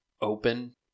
open